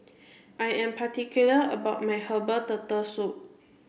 I am particular about my herbal turtle soup